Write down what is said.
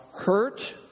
hurt